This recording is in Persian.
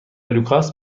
لوکاس